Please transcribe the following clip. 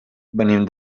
venim